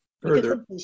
further